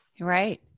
Right